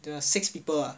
there are six people ah